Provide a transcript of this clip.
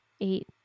eight